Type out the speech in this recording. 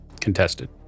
Contested